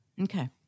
Okay